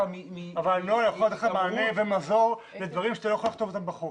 אבל הוא לא יכול לתת מענה ומזור לדברים שאתה לא יכול לכתוב אותם בחוק.